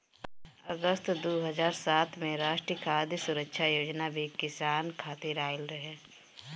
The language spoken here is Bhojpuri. अगस्त दू हज़ार सात में राष्ट्रीय खाद्य सुरक्षा योजना भी किसान खातिर आइल रहे